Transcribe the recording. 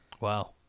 Wow